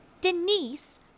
Denise